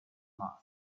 mars